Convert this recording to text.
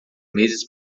meses